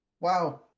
wow